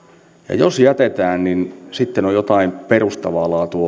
ja jos jätetään niin sitten on jotain perustavaa